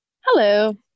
Hello